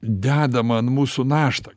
dedamą ant mūsų naštą